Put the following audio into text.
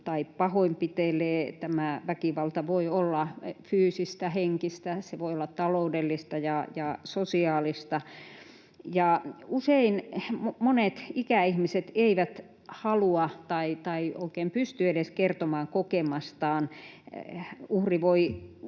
tai pahoinpitelee. Tämä väkivalta voi olla fyysistä tai henkistä, se voi olla taloudellista ja sosiaalista. Usein monet ikäihmiset eivät halua tai oikein edes pysty kertomaan kokemastaan. Uhri voi